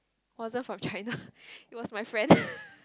wasn't from China it was my friend